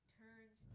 turns